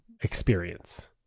experience